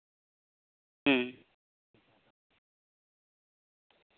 ᱦᱩᱸ